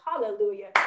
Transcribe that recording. Hallelujah